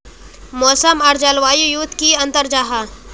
मौसम आर जलवायु युत की अंतर जाहा?